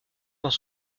dans